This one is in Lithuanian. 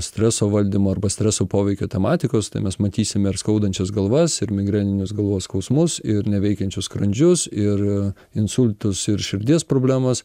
streso valdymo arba streso poveikio tematikos tai mes matysime ir skaudančias galvas ir migreninius galvos skausmus ir neveikiančius skrandžius ir insultus ir širdies problemas